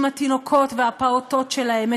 עם התינוקות והפעוטות שלהם,